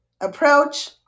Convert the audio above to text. approach